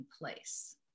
place